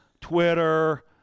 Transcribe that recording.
Twitter